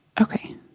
Okay